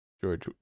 George